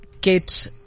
get